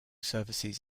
services